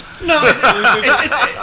No